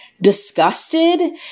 disgusted